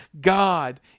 God